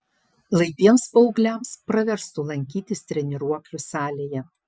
laibiems paaugliams praverstų lankytis treniruoklių salėje